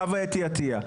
לחוה אתי עטייה,